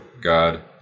God